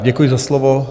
Děkuji za slovo.